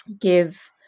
give